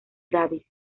davis